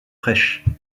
fraîches